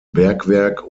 bergwerk